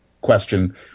question